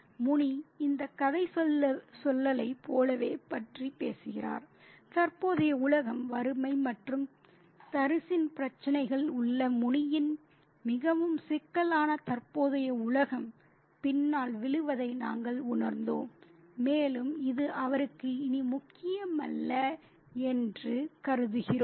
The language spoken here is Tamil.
முனி இந்த கதைசொல்லலைப் போலவே பற்றி பேசுகிறார் தற்போதைய உலகம் வறுமை மற்றும் தரிசின் பிரச்சினைகள் உள்ள முனியின் மிகவும் சிக்கலான தற்போதைய உலகம் பின்னால் விழுவதை நாங்கள் உணர்ந்தோம் மேலும் இது அவருக்கு இனி முக்கியமல்ல என்று கருதுகிறோம்